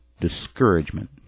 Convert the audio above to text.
discouragement